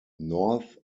north